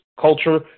culture